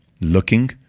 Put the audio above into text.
looking